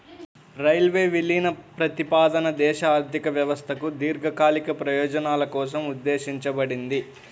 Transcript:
railway విలీన ప్రతిపాదన దేశ ఆర్థిక వ్యవస్థకు దీర్ఘకాలిక ప్రయోజనాల కోసం ఉద్దేశించబడింది